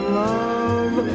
love